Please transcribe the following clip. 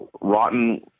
rotten